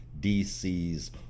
DC's